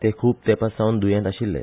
ते खूप तेपासावन द्येत आशिल्ले